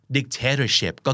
Dictatorship